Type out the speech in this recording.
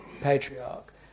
patriarch